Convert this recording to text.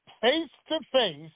face-to-face